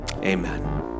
amen